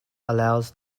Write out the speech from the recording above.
allows